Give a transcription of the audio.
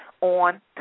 on